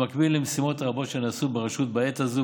במקביל למשימות הרבות שנעשות ברשות בעת הזאת,